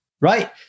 Right